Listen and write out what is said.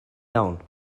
iawn